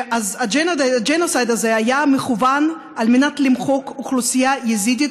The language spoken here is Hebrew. אז הג'נוסייד הזה היה מכוון על מנת למחוק אוכלוסייה יזידית,